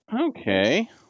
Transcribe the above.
Okay